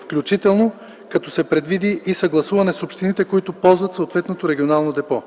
включително като се предвиди и съгласуване с общините, които ползват съответното регионално депо.